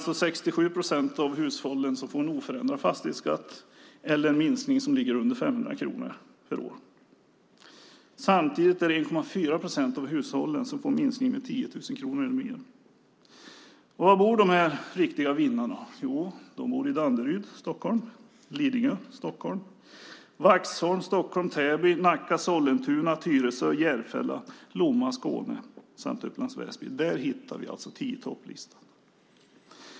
67 procent av hushållen får en oförändrad fastighetsskatt eller en minskning som ligger under 500 kronor per år. Samtidigt är det 1,4 procent av hushållen som får en minskning med 10 000 kronor eller mer. Var bor dessa riktiga vinnare? De bor i Danderyd, Lidingö, Vaxholm, Täby, Nacka, Sollentuna, Tyresö, Järfälla och Upplands Väsby i Stockholms län samt i Lomma i Skåne. Där har vi tio-i-topp-listan.